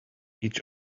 each